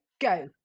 Go